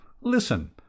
Listen